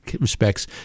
respects